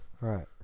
right